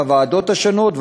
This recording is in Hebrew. בוועדות השונות,